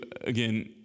again